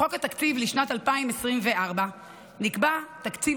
בחוק התקציב לשנת 2024 נקבע תקציב